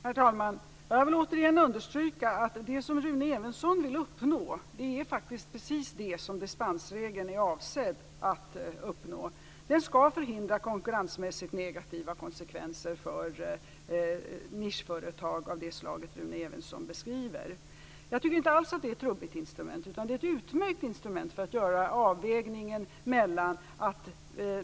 Herr talman! Jag vill återigen understryka att det som Rune Evensson vill uppnå faktiskt är precis det som dispensregeln är avsedd att uppnå. Den skall förhindra konkurrensmässigt negativa konsekvenser för nischföretag av det slag som Rune Evensson beskriver. Detta är inte alls ett trubbigt instrument, utan det är ett utmärkt instrument för att göra en avvägning.